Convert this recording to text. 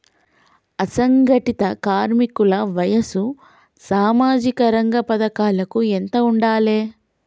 అసంఘటిత కార్మికుల వయసు సామాజిక రంగ పథకాలకు ఎంత ఉండాలే?